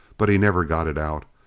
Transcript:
but he never got it out.